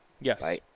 Yes